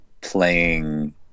playing